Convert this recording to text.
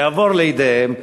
שיעבור לידיהם.